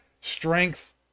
strength